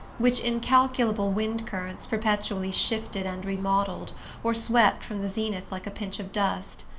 which incalculable wind-currents perpetually shifted and remodelled or swept from the zenith like a pinch of dust.